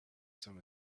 some